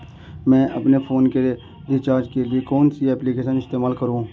मैं अपने फोन के रिचार्ज के लिए कौन सी एप्लिकेशन इस्तेमाल करूँ?